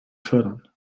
fördern